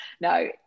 no